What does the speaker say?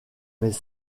mais